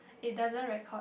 it doesn't record